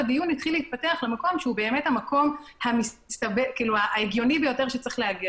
הדיון התחיל להתפתח למקום שהוא המקום ההגיוני ביותר שצריך להגיע